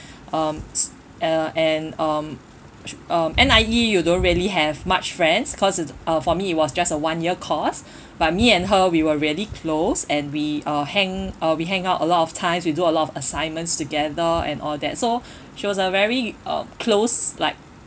um uh and um um N_I_E you don't really have much friends cause it's uh for me it was just a one year course but me and her we were really close and we uh hang uh we hang out a lot of times we do a lot of assignments together and all that so she was a very uh close like